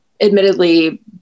admittedly